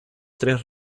tres